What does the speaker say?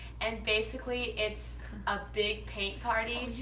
and basically, it's a big paint party.